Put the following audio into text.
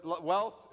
wealth